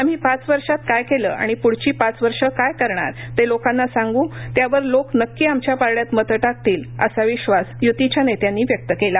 आम्ही पाच वर्षात काय केलं आणि प्ढची पाच वर्ष काय करणार ते लोकांना सांग् त्यावर लोक नक्की आमच्या पारड्यात मतं टाकतील असा विश्वास य्तीच्या नेत्यांनी व्यक्त केला